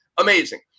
Amazing